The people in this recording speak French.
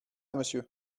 monsieur